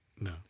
No